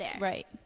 Right